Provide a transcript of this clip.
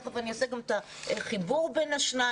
תיכף אני אעשה גם את החיבור בין השנים.